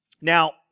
Now